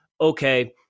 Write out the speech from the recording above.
okay